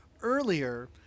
Earlier